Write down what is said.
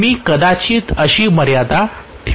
मी कदाचित अशी मर्यादा ठेवू शकतो